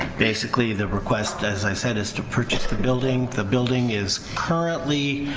basically the request as i said is to purchase the building the building is currently